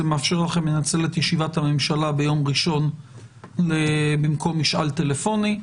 זה מאפשר לכם לנצל את ישיבת הממשלה ביום ראשון במקום משאל טלפוני.